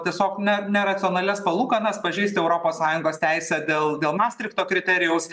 tiesiog ne neracionalias palūkanas pažeisti europos sąjungos teisę dėl dėl mastrichto kriterijaus